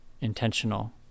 intentional